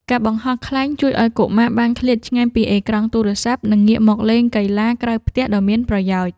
ការបង្ហោះខ្លែងជួយឱ្យកុមារបានឃ្លាតឆ្ងាយពីអេក្រង់ទូរស័ព្ទ និងងាកមកលេងកីឡាក្រៅផ្ទះដ៏មានប្រយោជន៍។